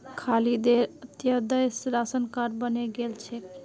खालिदेर Antyodaya ration card बने गेल छेक